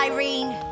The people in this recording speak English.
Irene